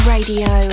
Radio